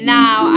now